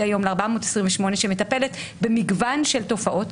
היום ל-428 שמטפלת במגוון של תופעות,